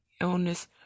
illness